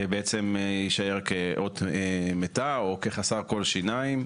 יישאר כאות מתה או כחסר כל שיניים,